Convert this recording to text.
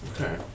okay